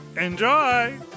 Enjoy